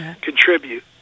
contribute